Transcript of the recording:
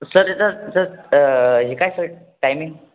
sir त्याचा sir हे काय सर टायमिंग